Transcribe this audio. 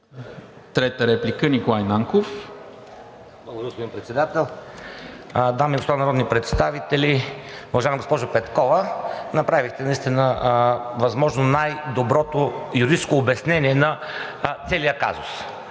(ГЕРБ-СДС): Благодаря, господин Председател. Дами и господа народни представители, уважаема госпожо Петкова! Направихте наистина възможно най-доброто юридическо обяснение на целия казус.